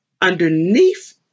underneath